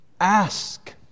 Ask